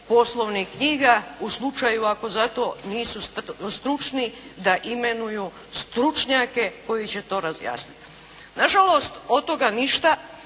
poslovnih knjiga u slučaju ako za to nisu stručni da imenuju stručnjake koji će to razjasnit. Nažalost, od toga ništa